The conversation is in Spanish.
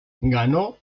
ganó